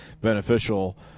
beneficial